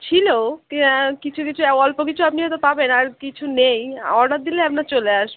ছিল কিছু কিছু অল্প কিছু আপনি হয়তো পাবেন আর কিছু নেই অর্ডার দিলে আপনার চলে আসবে